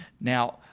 now